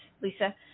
Lisa